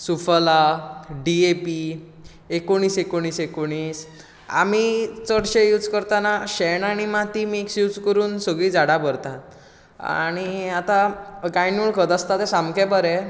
Suphala DAP एकोणीस एकोणीस एकोणीस आमी चडशे यूज करताना शेण आनी माती मिक्स यूज करून सगळीं झाडां भरतात आनी आतां गांयडोळ खत आसता तें सामकें बरें